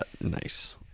Nice